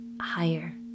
higher